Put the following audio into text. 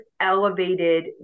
elevated